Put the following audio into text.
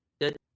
Good